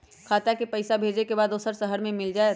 खाता के पईसा भेजेए के बा दुसर शहर में मिल जाए त?